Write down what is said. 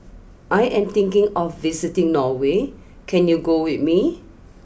I am thinking of visiting Norway can you go with me